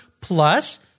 plus